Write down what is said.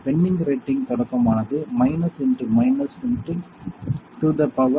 பென்னிங் ரேட்டிங் தொடக்கம் ஆனது minus x minus x to the power